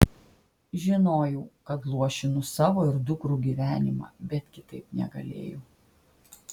žinojau kad luošinu savo ir dukrų gyvenimą bet kitaip negalėjau